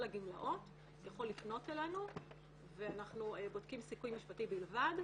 הגמלאות יכול לפנות אלינו ואנחנו בודקים סיכוי משפטי בלבד,